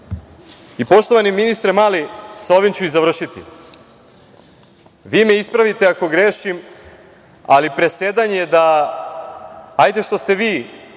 unazad? Poštovani ministre Mali, sa ovim ću završiti, vi me ispravite ako grešim, ali presedan je, ali hajde što ste vi